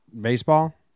baseball